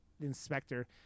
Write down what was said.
inspector